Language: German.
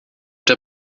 der